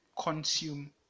consume